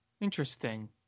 interesting